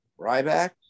Ryback